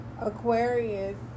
Aquarius